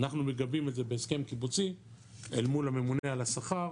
אנחנו מגבים את זה בהסכם קיבוצי אל מול הממונה על השכר